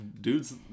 dudes